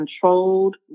controlled